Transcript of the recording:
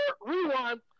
rewind